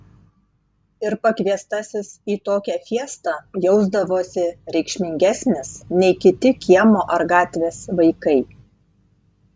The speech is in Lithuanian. ir pakviestasis į tokią fiestą jausdavosi reikšmingesnis nei kiti kiemo ar gatvės vaikai